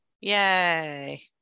yay